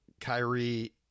Kyrie